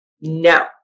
no